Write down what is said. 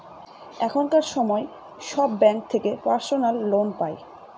এখনকার সময় সব ব্যাঙ্ক থেকে পার্সোনাল লোন পাই